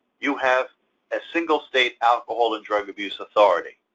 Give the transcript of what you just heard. you have a single state alcohol and drug abuse authority.